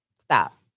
stop